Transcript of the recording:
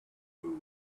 food